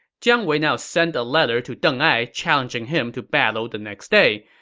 jiang wei now sent a letter to deng ai challenging him to battle the next day,